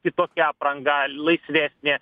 kitokia apranga laisvesnė